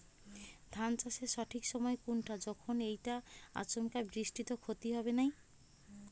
ধান চাষের সঠিক সময় কুনটা যখন এইটা আচমকা বৃষ্টিত ক্ষতি হবে নাই?